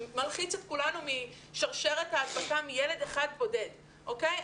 שמלחיץ את כולנו משרשרת ההדבקה מילד אחד בודד אוקיי?